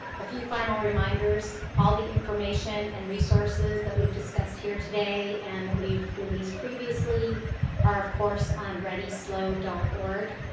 a few final reminders. all the information and resources that we've discussed here today and that we've released previously are of course on readyslo org.